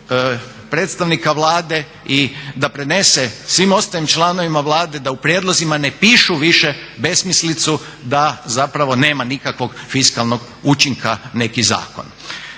predstavnika Vlade da prenese svim ostalim članovima Vlade da u prijedlozima ne pišu više besmislicu da zapravo nema nikakvog fiskalnog učinka neki zakon.